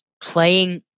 playing